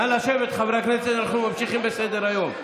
נא לשבת, חברי הכנסת, אנחנו ממשיכים בסדר-היום.